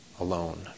alone